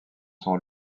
son